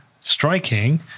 striking